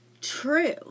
True